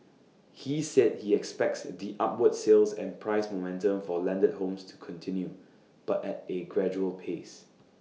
he said he expects the upward sales and price momentum for landed homes to continue but at A gradual pace